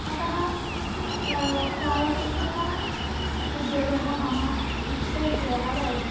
अतः छायाचित्र उद्योगः मम इष्टविषयः भवति